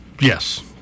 yes